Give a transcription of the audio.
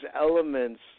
elements